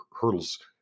hurdles